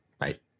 Right